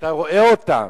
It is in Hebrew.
שאתה רואה אותם,